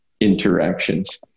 interactions